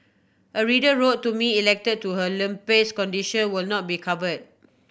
a reader wrote to me elated to her lupus condition will now be cover